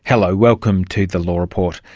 hello, welcome to the law report.